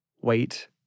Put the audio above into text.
Wait